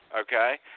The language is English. okay